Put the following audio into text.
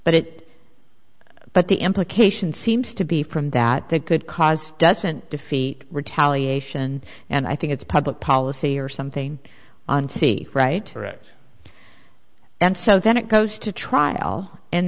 but it but the implication seems to be from that that could cause doesn't defeat retaliation and i think it's public policy or something on sea right and so then it goes to trial and